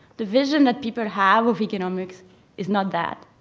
the vision that people have of economics is not that.